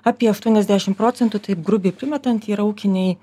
apie aštuoniasdešimt procentų taip grubiai primetant yra ūkiniai